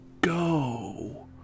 go